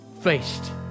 faced